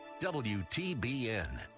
WTBN